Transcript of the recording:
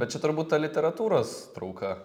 bet čia turbūt ta literatūros trauka